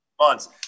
months